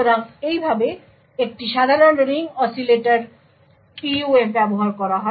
সুতরাং এইভাবে একটি সাধারণ রিং অসিলেটর PUF ব্যবহার করা হয়